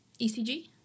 ECG